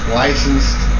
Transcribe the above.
licensed